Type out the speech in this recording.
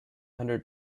hundred